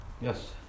Yes